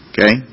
okay